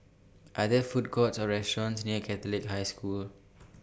Are There Food Courts Or restaurants near Catholic High School